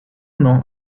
una